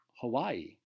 Hawaii